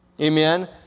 amen